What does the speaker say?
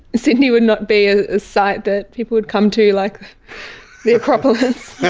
sydney would not be a site that people would come to like the acropolis.